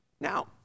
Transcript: Now